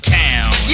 town